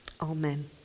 Amen